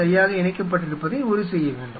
சரியாக இணைக்கப்பட்டிருப்பதை உறுதி செய்ய வேண்டும்